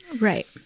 Right